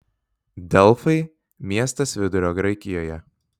delfai miestas vidurio graikijoje